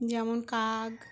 যেমন কাক